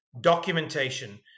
documentation